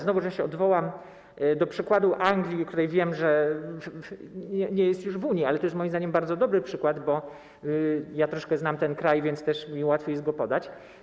Znowu odwołam się do przykładu Anglii, o której wiem, że nie jest już w Unii, ale to jest moim zdaniem bardzo dobry przykład, bo ja troszkę znam ten kraj, więc też mi łatwiej jest go podać.